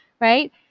right